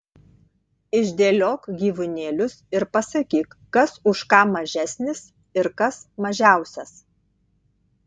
išdėliok gyvūnėlius ir pasakyk kas už ką mažesnis ir kas mažiausias